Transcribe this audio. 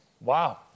Wow